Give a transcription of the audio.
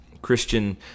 Christian